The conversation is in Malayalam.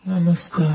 നമസ്ക്കാരം